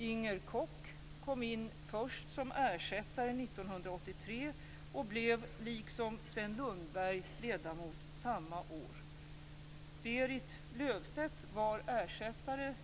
Inger Koch kom först in som ersättare 1983 och blev, liksom Sven Lundberg, ledamot samma år.